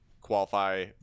qualify